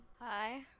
hi